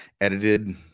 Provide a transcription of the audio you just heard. edited